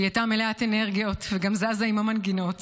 היא הייתה מלאת אנרגיות וגם זזה עם המנגינות,